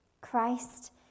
Christ